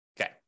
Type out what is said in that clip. Okay